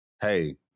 Hey